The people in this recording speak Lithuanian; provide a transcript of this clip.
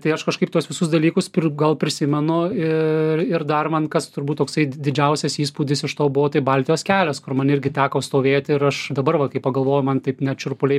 tai aš kažkaip tuos visus dalykus gal prisimenu ir ir dar man kas turbūt toksai didžiausias įspūdis iš to buvo tai baltijos kelias kur man irgi teko stovėti ir aš dabar va kai pagalvoju man taip net šiurpuliai